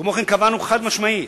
כמו כן קבענו חד-משמעית